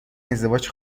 ازدواج